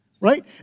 right